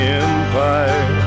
empire